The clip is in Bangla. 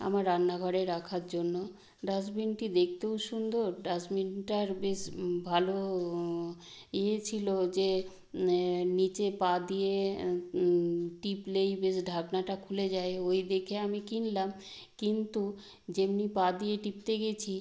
আমার রান্নাঘরে রাখার জন্য ডাস্টবিনটি দেখতেও সুন্দর ডাস্টবিনটার বেশ ভালো ইয়ে ছিল যে নীচে পা দিয়ে টিপলেই বেশ ঢাকনাটা খুলে যায় ওই দেখে আমি কিনলাম কিন্তু যেমনি পা দিয়ে টিপতে গেছি